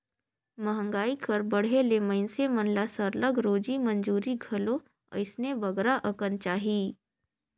मंहगाई कर बढ़े ले मइनसे मन ल सरलग रोजी मंजूरी घलो अइसने बगरा अकन चाही